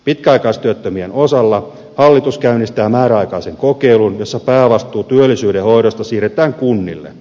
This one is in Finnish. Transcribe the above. pitkäaikaistyöttömien osalta hallitus käynnistää määräaikaisen kokeilun jossa päävastuu työllisyyden hoidosta siirretään kunnille